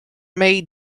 made